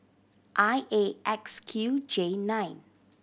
I A X Q J nine